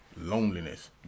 Loneliness